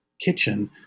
kitchen